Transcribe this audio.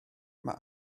mae